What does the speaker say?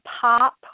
pop